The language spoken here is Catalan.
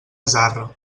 zarra